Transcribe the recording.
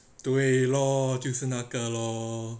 对 lor 就是那个 lor